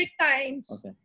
times